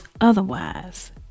Otherwise